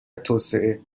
توسعه